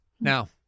Now